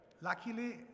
luckily